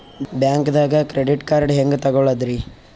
ಬ್ಯಾಂಕ್ದಾಗ credit card ಹೆಂಗ್ ತಗೊಳದ್ರಿ?